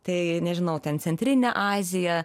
tai nežinau ten centrinę aziją